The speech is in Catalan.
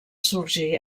sorgir